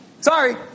Sorry